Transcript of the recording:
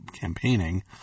campaigning